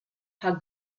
how